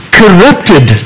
corrupted